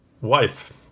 wife